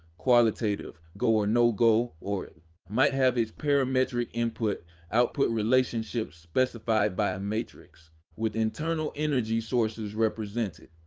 qualitative, go or no go, or it might have its parametric input output relationships specified by a matrix with internal energy sources represented.